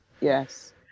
Yes